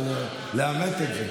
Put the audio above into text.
הוא בא לאמת את זה.